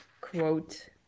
quote